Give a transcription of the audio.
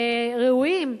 ראויים,